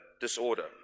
disorder